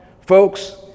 Folks